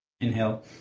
inhale